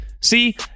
See